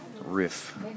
riff